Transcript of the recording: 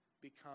become